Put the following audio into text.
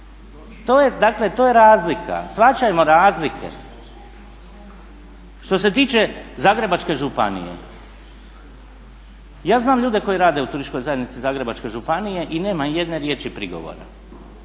to je razlika, shvaćajmo razlike. Što se tiče Zagrebačke županije, ja znam ljude koji rade u Turističkoj zajednici Zagrebačke županije i nemam jedne riječi prigovora.